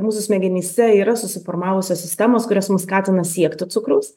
mūsų smegenyse yra susiformavusios sistemos kurios mus skatina siekti cukraus